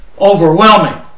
overwhelming